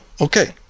Okay